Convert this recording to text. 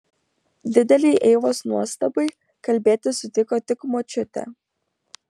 didelei eivos nuostabai kalbėti sutiko tik močiutė